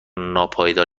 ناپایدار